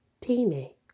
teeny